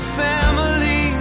family